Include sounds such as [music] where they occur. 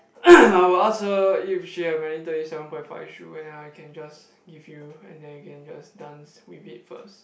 [noise] I will ask her if she have any thirty seven point five shoe and then I can just give you and then you can just dance with it first